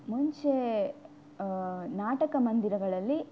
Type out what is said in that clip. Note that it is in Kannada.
ಮುಂಚೆ ನಾಟಕ ಮಂದಿರಗಳಲ್ಲಿ